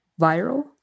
viral